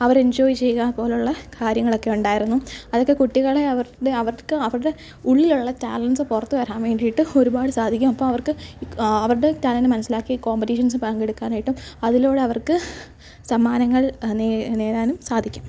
അവർ enjoy ചെയ്യുക പോലുള്ള കാര്യങ്ങളൊക്കെ ഉണ്ടായിരുന്നു അതൊക്കെ കുട്ടികളെ അവരുടെ അവർക്ക് അവരുടെ ഉള്ളിലുള്ള ടാലെന്റ്സ് പുറത്ത് വരാൻ വേണ്ടിയിട്ട് ഒരുപാട് സാധിക്കും അപ്പോൾ അവർക്ക് അവരുടെ ടാലെന്റ്റ് മനസ്സിലാക്കി കോമ്പറ്റീഷൻസിൽ പങ്കെടുക്കാനായിട്ടും അതിലൂടെ അവർക്ക് സമ്മാനങ്ങൾ നേടാനും സാധിക്കും